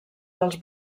dels